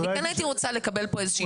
כן הייתי רוצה לקבל פה תשובה,